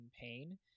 pain